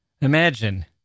Imagine